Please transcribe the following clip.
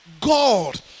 God